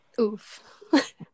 Oof